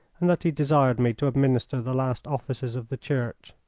and that he desired me to administer the last offices of the church.